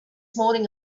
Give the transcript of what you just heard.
morning